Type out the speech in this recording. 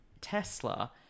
tesla